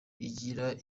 igira